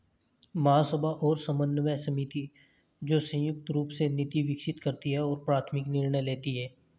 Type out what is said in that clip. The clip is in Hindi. महासभा और समन्वय समिति, जो संयुक्त रूप से नीति विकसित करती है और प्राथमिक निर्णय लेती है